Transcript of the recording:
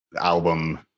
album